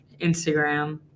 Instagram